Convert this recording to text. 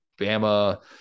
Bama